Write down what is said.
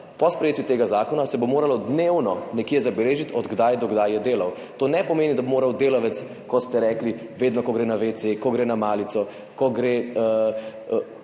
po sprejetju tega zakona, se bo moralo dnevno nekje zabeležiti, od kdaj do kdaj je delal. To ne pomeni, da bo moral delavec, kot ste rekli, vedno ko gre na WC, ko gre na malico, samo